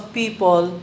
people